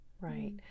Right